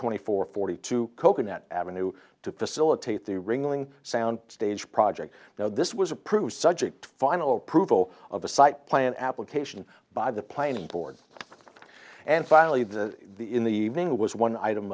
twenty four forty two coconut avenue to facilitate the ringling sound stage project this was approved subject final approval of a site plan application by the plain board and finally the the in the thing was one item